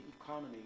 economy